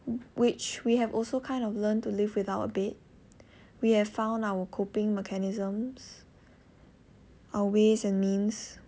which we have also kind of learnt how to live without a bit we have found our coping mechanisms our ways and means